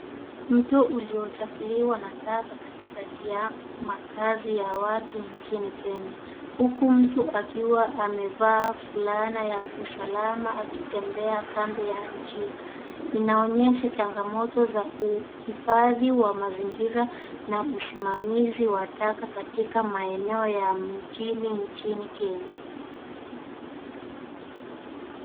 Mto uliochafuliwa na taka katikati ya makazi ya watu nchini Kenya, huku mtu akiwa amevaa fulana ya usalama akitembea kando ya nchi. Inaonyesha changamoto za uhifadhi wa mazingira na usimamizi wa taka katika maeneo ya mijini nchini Kenya.